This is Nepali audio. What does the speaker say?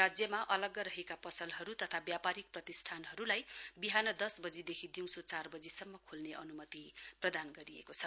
राज्यमा अलग्ग रहेका पसलहरू तथा व्यापारिक प्रतिष्ठानलाई बिहान दस बजे देखी दिउँसो चारबजे सम्म खोल्ने अनुमति प्रदान गरिएको छ